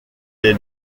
est